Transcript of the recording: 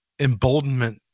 emboldenment